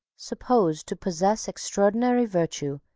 supposed to possess extraordinary virtue,